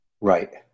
Right